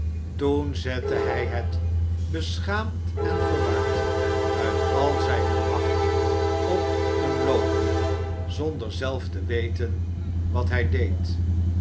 toen zette hij het beschaamd en verward uit al zijne macht op een ioopen zonder zelf te weten wat hij deed